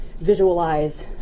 visualize